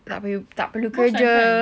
tak payah tak perlu kerja